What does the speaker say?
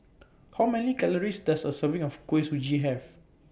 How Many Calories Does A Serving of Kuih Suji Have